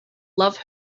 love